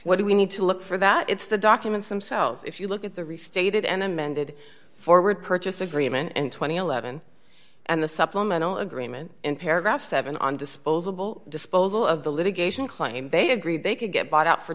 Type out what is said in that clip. what do we need to look for that it's the documents themselves if you look at the restated an amended forward purchase agreement in two thousand and eleven and the supplemental agreement in paragraph seven on disposable disposal of the litigation claim they agreed they could get bought out for